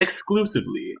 exclusively